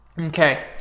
Okay